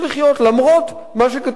למרות מה שכתוב בחוק,